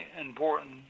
important